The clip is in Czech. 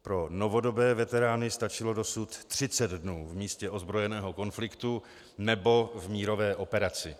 Pro novodobé veterány stačilo dosud 30 dnů v místě ozbrojeného konfliktu nebo v mírové operaci.